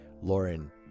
Lauren